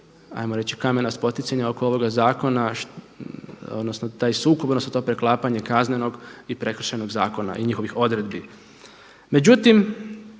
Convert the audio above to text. ajmo reći, kamena spoticanja oko ovoga zakona odnosno taj sukob odnosno to preklapanje Kaznenog i Prekršajnoj zakona i njihovih odredbi. Međutim